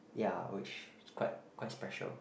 ya which was quite quite special